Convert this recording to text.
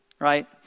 right